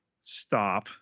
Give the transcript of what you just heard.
stop